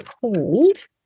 called